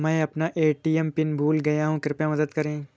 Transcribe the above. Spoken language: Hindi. मैं अपना ए.टी.एम पिन भूल गया हूँ, कृपया मदद करें